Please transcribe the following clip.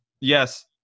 yes